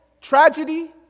tragedy